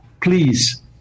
Please